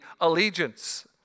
allegiance